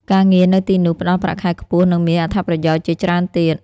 ការងារនៅទីនោះផ្តល់ប្រាក់ខែខ្ពស់និងមានអត្ថប្រយោជន៍ជាច្រើនទៀត។